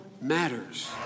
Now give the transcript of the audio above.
matters